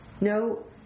no